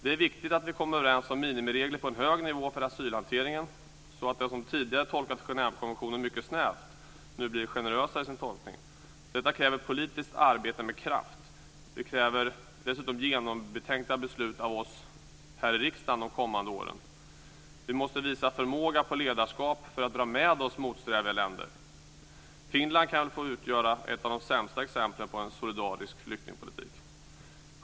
Det är viktigt att vi kommer överens om minimiregler på en hög nivå för asylhanteringen, så att den som tidigare har tolkat Genèvekonventionen mycket snävt nu blir generösare i sin tolkning. Detta kräver politiskt arbete med kraft. Det kräver dessutom genomtänkta beslut av oss här i riksdagen de kommande åren. Vi måste visa förmåga till ledarskap för att dra med oss motsträviga länder. Finland kan väl få utgöra ett av de sämsta exemplen på en solidarisk flyktingpolitik.